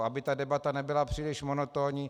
Aby ta debata nebyla příliš monotónní.